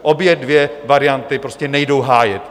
Obě dvě varianty prostě nejdou hájit.